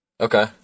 okay